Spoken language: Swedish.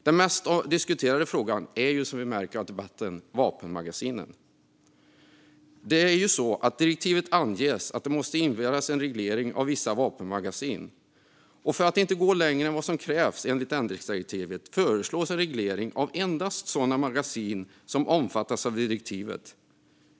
Den mest diskuterade frågan är, som vi märker i debatten, vapenmagasinen. Direktivet anger att det måste införas en reglering av vissa vapenmagasin. För att inte gå längre än vad som krävs enligt ändringsdirektivet föreslås en reglering av endast sådana magasin som omfattas av direktivet.